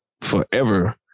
forever